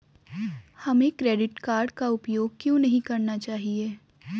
हमें credit card का उपयोग क्यों नहीं करना चाहिए?